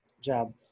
job